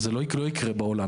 זה לא יקרה בעולם.